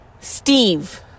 Steve